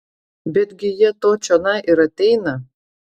betgi jie to čionai ir ateina